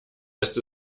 lässt